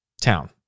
town